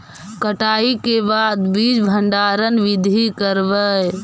कटाई के बाद बीज भंडारन बीधी करबय?